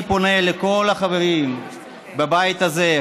אני פונה לכל החברים בבית הזה,